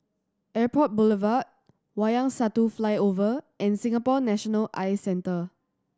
Airport Boulevard Wayang Satu Flyover and Singapore National Eye Centre